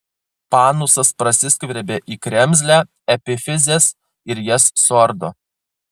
panusas prasiskverbia į kremzlę epifizes ir jas suardo